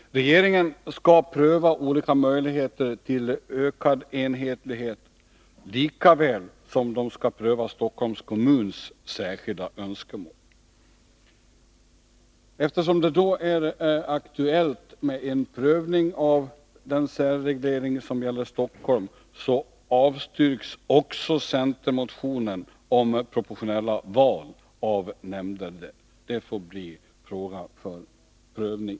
Regeringen skall pröva olika möjligheter till ökad enhetlighet, lika väl som den skall pröva Stockholms kommuns särskilda önskemål. Eftersom det då är aktuellt med en prövning av den särreglering som gäller Stockholm, avstyrks också centermotionen om proportionella val av nämnder där. Det får bli föremål för prövning.